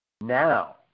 now